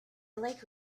like